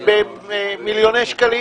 במאות מיליוני שקלים.